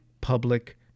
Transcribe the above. public